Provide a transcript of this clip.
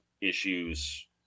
issues